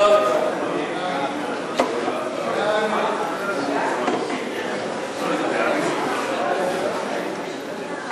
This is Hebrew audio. ההצעה להעביר את הצעת חוק איסור נהיגה ברכב בחוף הים (תיקון,